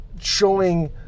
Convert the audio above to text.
showing